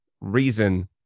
reason